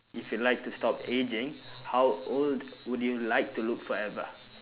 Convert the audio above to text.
if you like to stop aging how old would you like to look forever